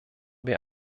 wir